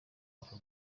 ako